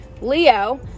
Leo